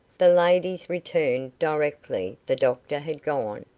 the ladies returned directly the doctor had gone,